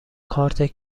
کارت